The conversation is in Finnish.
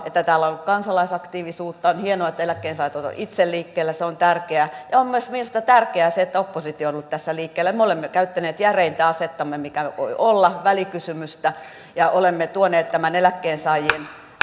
että täällä on kansalaisaktiivisuutta on hienoa että eläkkeensaajat ovat itse liikkeellä se on tärkeää on myös minusta tärkeää se että oppositio on ollut tässä liikkeellä me olemme käyttäneet järeintä asettamme mikä voi olla välikysymystä ja olemme tuoneet tämän eläkkeensaajien